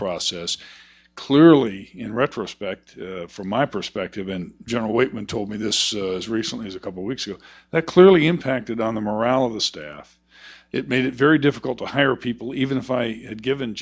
process clearly in retrospect from my perspective and general waymouth told me this recently as a couple weeks ago that clearly impacted on the morale of the staff it made it very difficult to hire people even if i had given